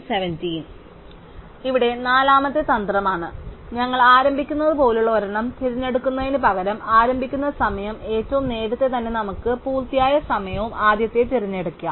അതിനാൽ ഇവിടെ നാലാമത്തെ തന്ത്രമാണ് ഞങ്ങൾ ആരംഭിക്കുന്നതുപോലുള്ള ഒരെണ്ണം തിരഞ്ഞെടുക്കുന്നതിനുപകരം ആരംഭിക്കുന്ന സമയം ഏറ്റവും നേരത്തെ തന്നെ നമുക്ക് പൂർത്തിയായ സമയം ആദ്യത്തേത് തിരഞ്ഞെടുക്കാം